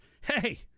hey